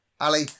Ali